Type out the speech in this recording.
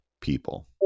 people